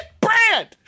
brand